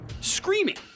screaming